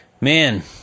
Man